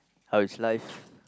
how is life